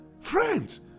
friends